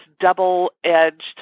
double-edged